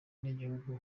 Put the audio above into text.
n’igihugu